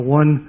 one